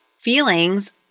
feelings